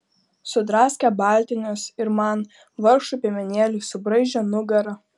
sudraskė baltinius ir man vargšui piemenėliui subraižė nugarą